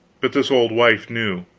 but this old wife knew